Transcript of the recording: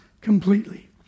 completely